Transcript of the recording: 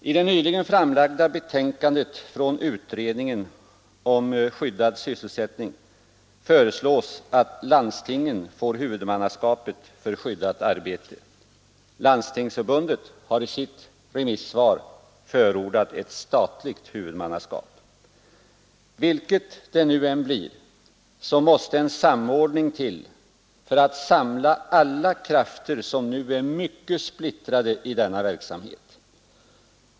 I det nyligen framlagda betänkandet från utredningen om skyddad sysselsättning föreslås att landstingen får huvudmannaskapet för skyddat arbete. Landstingsförbundet har i sitt remissvar förordat ett statligt huvudmannaskap. Vilket det nu än blir, så måste en samordning till för att samla alla krafter som nu är mycket splittrade i denna verksamhet.